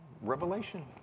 Revelation